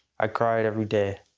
i cried every day.